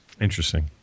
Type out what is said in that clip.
Interesting